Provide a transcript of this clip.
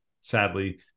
sadly